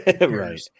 right